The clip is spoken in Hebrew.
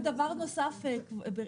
דבר ראשון , יש כאן התייחסות לבשר